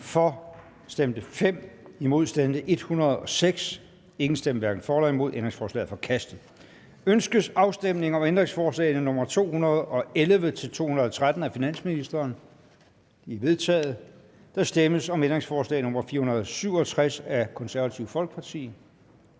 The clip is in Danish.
hverken for eller imod stemte 0. Ændringsforslaget er forkastet. Ønskes afstemning om ændringsforslag nr. 211-213 af finansministeren? De er vedtaget. Der stemmes om ændringsforslag nr. 467 af Det Konservative Folkeparti,